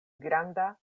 granda